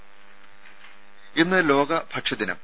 രുര ഇന്ന് ലോക ഭക്ഷ്യദിനം